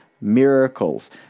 miracles